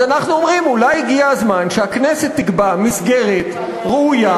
אז אנחנו אומרים: אולי הגיע הזמן שהכנסת תקבע מסגרת ראויה,